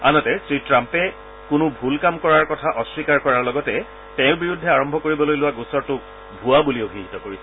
আনহাতে শ্ৰী ট্টাম্পে কোনো ভুল কাম কৰাৰ কথা অস্বীকাৰ কৰাৰ লগতে তেওঁৰ বিৰুদ্ধে আৰম্ভ কৰিবলৈ বিচৰা গোচৰটোক ভুৱা বুলি অভিহিত কৰিছে